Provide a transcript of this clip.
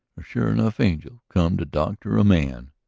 a sure-enough angel come to doctor a man.